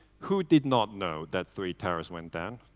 who did not know that three towers went down?